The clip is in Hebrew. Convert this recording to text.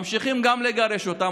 ממשיכים גם לגרש אותם.